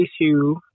issue